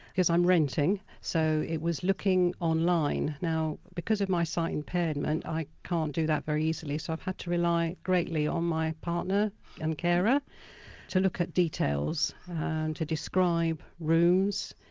because i'm renting, so it was looking online. now because of my sight impairment i can't do that very easily, so i've had to rely greatly on my partner and carer to look at details and to describe rooms,